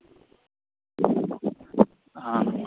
हँ